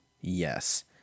Yes